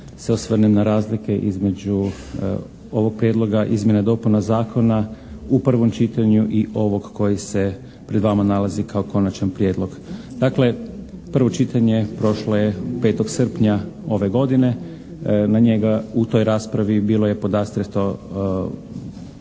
se osvrnem na razlike između ovog Prijedloga izmjena i dopuna Zakona u prvom čitanju i ovog koji se pred vama kao Konačan prijedlog. Dakle, prvo čitanje prošlo je 5. srpnja ove godine. Na njega, u toj raspravi bilo je podastrijeto